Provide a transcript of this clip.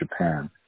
Japan